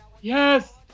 Yes